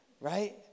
right